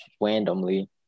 randomly